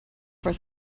for